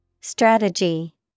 Strategy